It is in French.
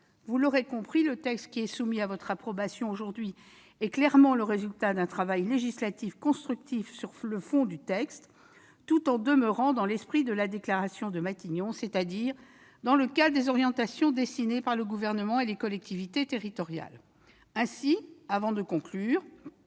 Vous l'aurez compris, le texte qui est soumis à votre approbation aujourd'hui est clairement le résultat d'un travail législatif constructif sur le fond, tout en demeurant dans l'esprit de la déclaration de Matignon, c'est-à-dire dans le cadre des orientations dessinées par le Gouvernement et les collectivités territoriales. Avant de conclure,